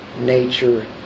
nature